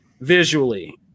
visually